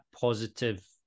positive